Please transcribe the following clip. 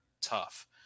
tough